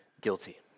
guilty